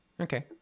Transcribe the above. okay